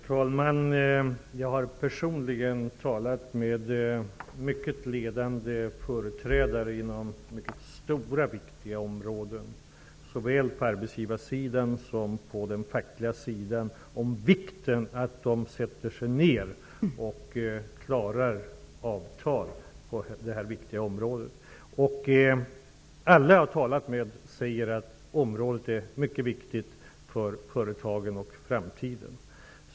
Herr talman! Jag har personligen talat med mycket ledande företrädare för mycket stora viktiga områden, såväl på arbetsgivarsidan som på den fackliga sidan, om vikten av att de sätter sig ned och träffar ett avtal på detta angelägna område. Alla som jag har talat med säger att området är mycket viktigt för företagen och för framtiden.